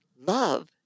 love